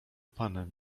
panem